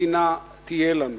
מדינה תהיה לנו?